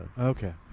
Okay